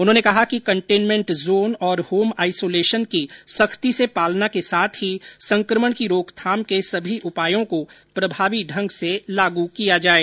उन्होंने कहा कि कंटेनमेंट जोन और होम आईसोलेशन की संख्ती से पालना के साथ ही संक्रमण की रोकथाम के सभी उपायों को प्रमावी ढंग से लागू किया जाए